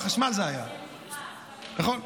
זה היה החשמל, נכון?